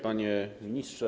Panie Ministrze!